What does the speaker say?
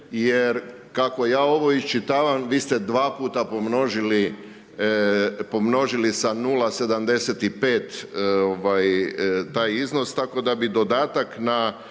jer kako ja ovo iščitavam vi ste dva puta pomnožili sa 0,75 taj iznos, tako da bi dodatak na